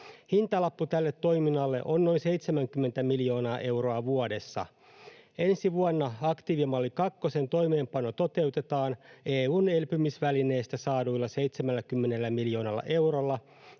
Hintalappu tälle toiminnalle on noin 70 miljoonaa euroa vuodessa. Ensi vuonna aktiivimalli kakkosen toimeenpano toteutetaan EU:n elpymisvälineestä saaduilla 70 miljoonalla eurolla.